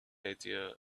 idea